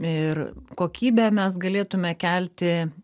ir kokybę mes galėtume kelti